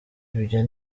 ibyo